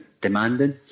demanding